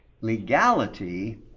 Legality